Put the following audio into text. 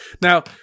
Now